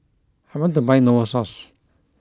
I want to buy Novosource